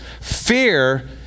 Fear